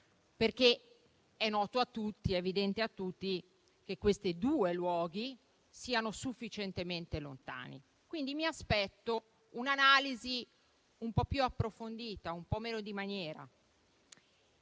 perché è evidente a tutti che quei due luoghi sono sufficientemente lontani. Quindi, mi aspetto un'analisi un po' più approfondita e un po' meno di maniera